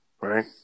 right